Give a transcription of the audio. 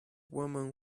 woman